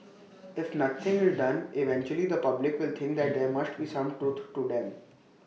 if nothing is done eventually the public will think that there must be some truth to them